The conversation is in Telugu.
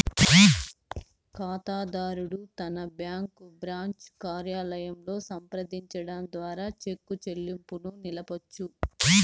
కాతాదారుడు తన బ్యాంకు బ్రాంచి కార్యాలయంలో సంప్రదించడం ద్వారా చెక్కు చెల్లింపుని నిలపొచ్చు